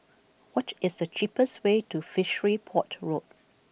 What is the cheapest way to Fishery Port Road